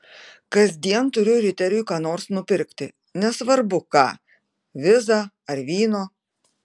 kasdien turiu riteriui ką nors nupirkti nesvarbu ką vizą ar vyno